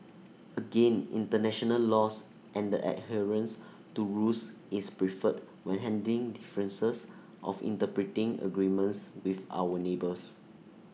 again International laws and the adherence to rules is preferred when handling differences of interpreting agreements with our neighbours